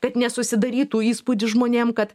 kad nesusidarytų įspūdis žmonėm kad